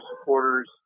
supporters